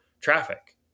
traffic